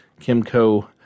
Kimco